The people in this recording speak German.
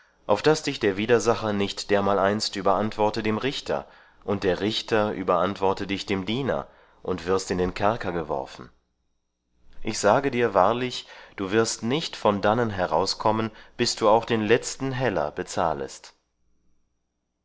auf daß dich der widersacher nicht dermaleinst überantworte dem richter und der richter überantworte dich dem diener und wirst in den kerker geworfen ich sage dir wahrlich du wirst nicht von dannen herauskommen bis du auch den letzten heller bezahlest